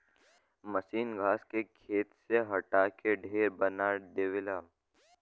मसीन घास के खेत से हटा के ढेर बना देवला